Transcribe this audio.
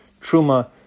truma